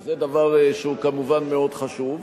שזה דבר שהוא כמובן מאוד חשוב.